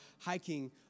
hiking